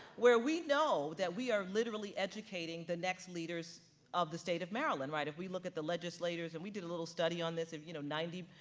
where we know that we are literally educating the next leaders of the state of maryland, right? if we look at the legislators, and we did a little study on this you know ninety,